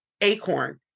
acorn